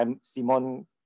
Simon